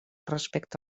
respecte